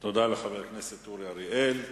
לחבר הכנסת אורי אריאל.